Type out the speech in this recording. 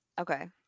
okay